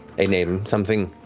a name, something.